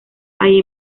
hay